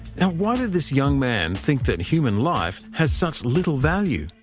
and why did this young man think that human life has such little value?